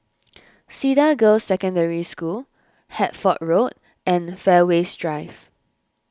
Cedar Girls' Secondary School Hertford Road and Fairways Drive